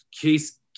Case